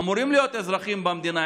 אמורים להיות אזרחים במדינה,